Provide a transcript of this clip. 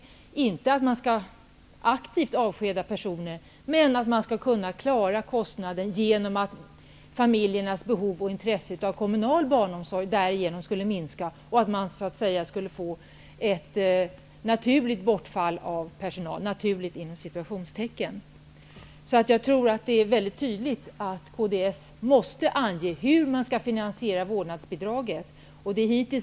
Den skulle inte ske genom att man aktivt avskedade personer, men man skulle kunna klara kostnaden genom att familjernas behov och intresse av kommunal barnomsorg skulle minska och åstadkomma ett ''naturligt'' bortfall av personal. Kds måste tydligt ange hur man skall finansiera vårdnadsbidraget.